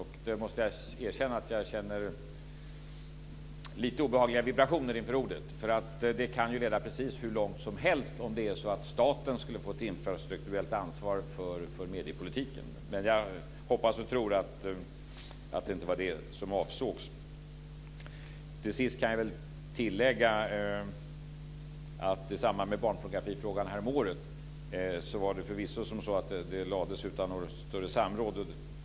Jag måste erkänna att jag känner lite obehagliga vibrationer inför dessa ord. Det kan ju leda precis hur långt som helst om det är så att staten skulle få ett infrastrukturellt ansvar för mediepolitiken. Men jag hoppas och tror att det inte var det som avsågs. Till sist kan jag väl tillägga att i samband med barnpornografifrågan härom året var det förvisso så att förslaget lades fram utan något större samråd.